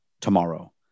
tomorrow